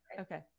okay